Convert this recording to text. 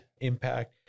impact